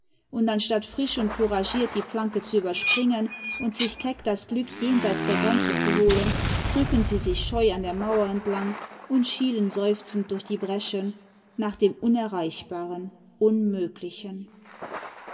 und anstatt frisch imd couragiert die planke zu überspringen vmd sich keck das glück jenseits der grenze zu holen drücken sie sich scheu an der mauer entlang und schielen seufzend durch die breschen nach dem unerreichbaren unmöglichen